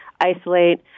isolate